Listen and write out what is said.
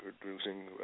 producing